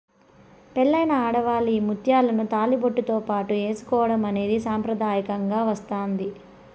పెళ్ళైన ఆడవాళ్ళు ఈ ముత్యాలను తాళిబొట్టుతో పాటు ఏసుకోవడం అనేది సాంప్రదాయంగా వస్తాంది